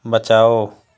बचाओ